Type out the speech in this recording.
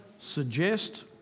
suggest